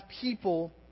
people